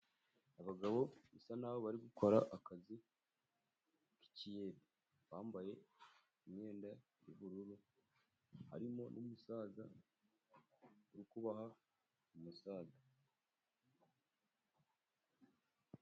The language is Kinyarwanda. Abagabo basa naho bari gukora akazi k'ikiyede, bambaye imyenda y'ubururu, harimo n'umusaza uri kubaha umusada.